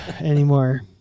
anymore